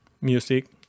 music